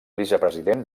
vicepresident